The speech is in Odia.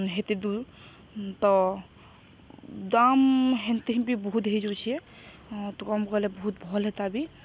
ହେତେ ଦୂର ତ ଦାମ ହେନ୍ତି ହି ବି ବହୁତ ହେଇଯାଉଛେ ତୁ କମ କଲେ ବହୁତ ଭଲ୍ ହେତା ବି